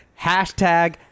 hashtag